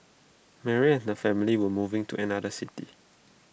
Mary and her family were moving to another city